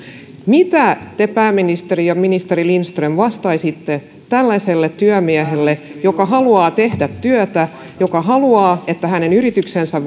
mitä te pääministeri ja ministeri lindström vastaisitte tällaiselle työmiehelle joka haluaa tehdä työtä joka haluaa että hänen yrityksensä